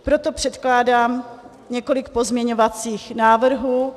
Proto předkládám několik pozměňovacích návrhů.